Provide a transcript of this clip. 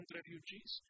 refugees